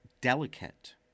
delicate